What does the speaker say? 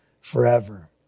forever